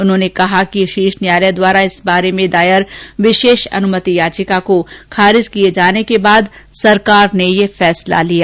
उन्होंने कहा कि शीर्ष न्यायालय द्वारा इस बारे में दायर विशेष अनुमति याचिका को खारिज किये जाने के बाद सरकार ने ये फैसला लिया